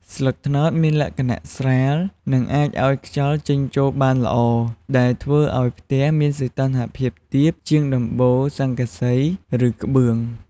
ស្លឹកត្នោតមានលក្ខណៈស្រាល និងអាចឱ្យខ្យល់ចេញចូលបានល្អ ដែលធ្វើឱ្យផ្ទះមានសីតុណ្ហភាពទាបជាងដំបូលស័ង្កសី ឬក្បឿង។